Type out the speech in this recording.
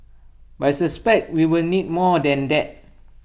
but I suspect we will need more than that